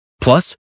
Plus